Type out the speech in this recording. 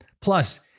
Plus